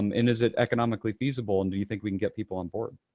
um and is it economically feasible, and do you think we can get people on board?